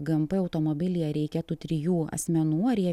gmp automobilyje reikia tų trijų asmenų ar jie